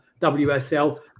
WSL